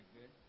good